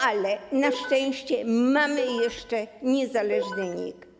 Ale na szczęście mamy jeszcze niezależny NIK.